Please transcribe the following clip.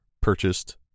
purchased